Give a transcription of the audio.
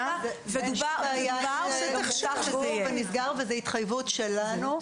זה נסגר וזו התחייבות שלנו,